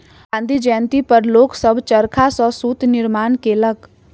गाँधी जयंती पर लोक सभ चरखा सॅ सूत निर्माण केलक